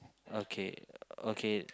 okay okay